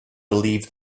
believe